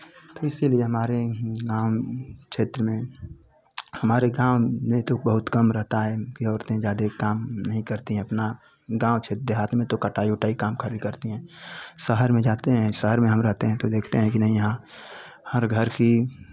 तो इसीलिए हमारे गाँव क्षेत्र में हमारे गाँव में तो बहुत कम रहता है कि औरतें ज़्यादे काम नहीं करती हैं अपना गाँव क्षेत्र देहात में तो कटाई ओटाई काम खाली करती हैं शहर में जाते हैं शहर में हम रहते हैं तो देखते हैं कि नहीं यहाँ हर घर की